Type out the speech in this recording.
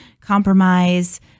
compromise